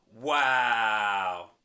Wow